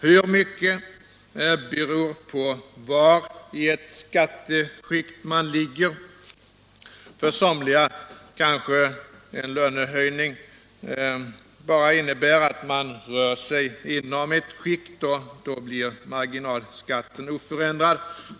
Hur mycket beror på var i ett skatteskikt man ligger. För somliga kanske en lönehöjning bara innebär att man rör sig inom ett skikt och då blir marginalskatten oförändrad.